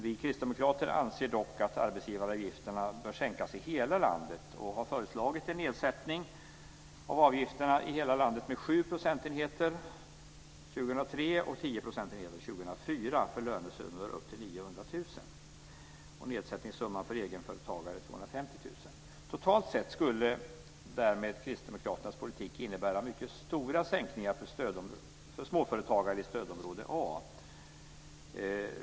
Vi kristdemokrater anser dock att arbetsgivaravgifterna bör sänkas i hela landet och har föreslagit en nedsättning av avgifterna i hela landet med 7 procentenheter 2003 och 10 procentenheter 2004 för lönesummor upp till 900 000 kr. Nedsättningssumman för egenföretagare är 250 000 kr. Totalt skulle därmed kristdemokraternas politik innebära mycket stora sänkningar för småföretagare i stödområde A.